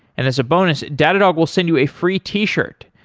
and as a bonus, datadog will send you a free t-shirt.